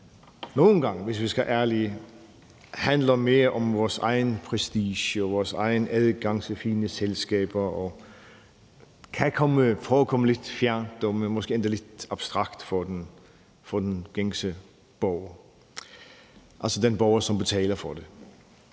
være ærlige, handler mere om vores egen prestige og vores egen adgang til fine selskaber, og som kan forekomme lidt fjernt og måske endda lidt abstrakt for den gængse borger, altså den borger, som betaler for det.